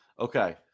Okay